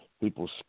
people